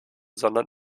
sondern